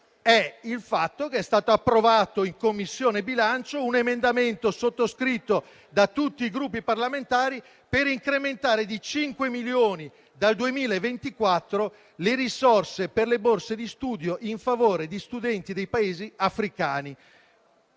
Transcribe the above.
è il fatto che è stato approvato in Commissione bilancio un emendamento sottoscritto da tutti i Gruppi parlamentari per incrementare di 5 milioni di euro, dal 2024, le risorse per le borse di studio in favore di studenti dei Paesi africani.